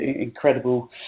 incredible